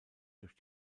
durch